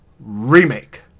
Remake